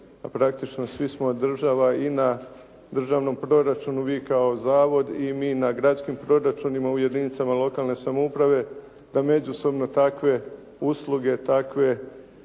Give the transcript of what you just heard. a praktično svi smo država i na državnom proračunu i vi kao zavod i mi na gradskim proračunima u jedinicama lokalne samouprave, da međusobno takve usluge, takve